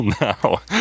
now